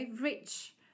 rich